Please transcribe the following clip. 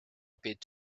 appeared